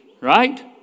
right